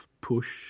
push